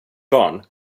barn